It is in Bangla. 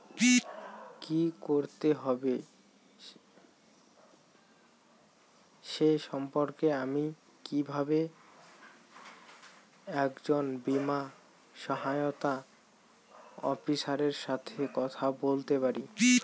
কী করতে হবে সে সম্পর্কে আমি কীভাবে একজন বীমা সহায়তা অফিসারের সাথে কথা বলতে পারি?